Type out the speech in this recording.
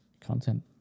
content